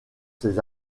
ses